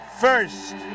first